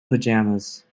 pajamas